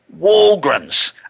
Walgreens